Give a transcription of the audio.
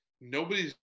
nobody's